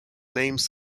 names